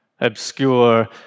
obscure